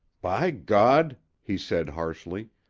by god! he said harshly,